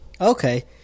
Okay